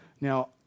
Now